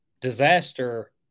disaster